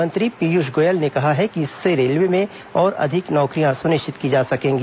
rail मंत्री पीयूष गोयल ने कहा है कि इससे रेलवे में और अधिक नौकरियां सुनिश्चित की जा सकेंगी